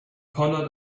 pondered